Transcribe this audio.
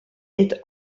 est